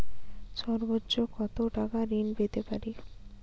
সর্বোচ্চ কত টাকা ঋণ পেতে পারি?